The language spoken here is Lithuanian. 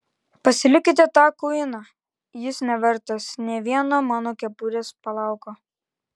pasilikite tą kuiną jis nevertas nė vieno mano kepurės plauko